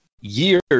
years